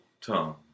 tongue